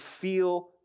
feel